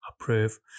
approve